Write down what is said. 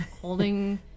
Holding